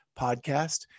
podcast